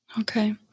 Okay